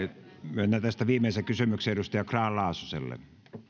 myönnän tästä viimeisen kysymyksen edustaja grahn laasoselle